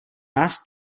nás